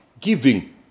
giving